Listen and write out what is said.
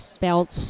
belts